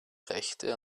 rechte